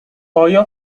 آیا